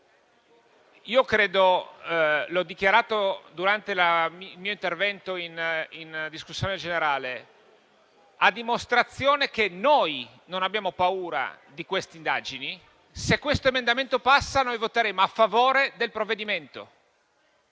Come ho dichiarato durante il mio intervento in discussione generale e a dimostrazione che noi non abbiamo paura di queste indagini, ribadisco che, se questo emendamento passa, noi voteremo a favore del provvedimento.